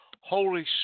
Holy